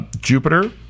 Jupiter